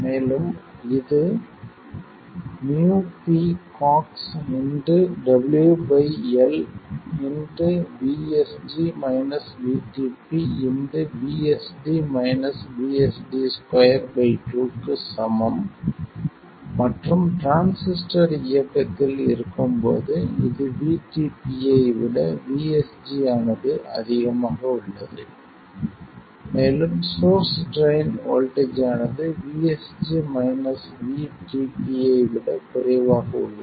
மேலும் இது µpCoxWL VSD VSD 2 2 க்கு சமம் மற்றும் டிரான்சிஸ்டர் இயக்கத்தில் இருக்கும் போது இது Vtp ஐ விட VSG ஆனது அதிகமாக உள்ளது மேலும் சோர்ஸ் ட்ரைன் வோல்ட்டேஜ் ஆனது VSG மைனஸ் Vtp ஐ விட குறைவாக உள்ளது